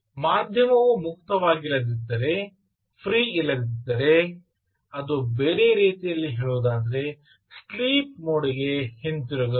ಮಾಧ್ಯಮವು ಮುಕ್ತವಾಗಿಲ್ಲದಿದ್ದರೆ ಫ್ರೀ ಇಲ್ಲದಿದ್ದರೆ ಅದು ಬೇರೆ ರೀತಿಯಲ್ಲಿ ಹೇಳುವುದಾದರೆ ಸ್ಲೀಪ್ ಮೋಡ್ ಗೆ ಹಿಂತಿರುಗಬೇಕು